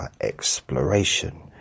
exploration